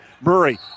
Murray